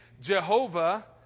Jehovah